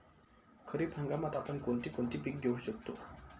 खरीप हंगामात आपण कोणती कोणती पीक घेऊ शकतो?